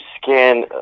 scan